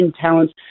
talents